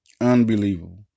Unbelievable